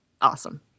awesome